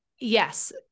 yes